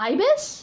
Ibis